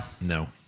no